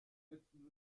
setzen